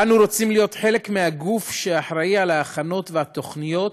אנו רוצים להיות חלק מהגוף שאחראי להכנות ולתוכניות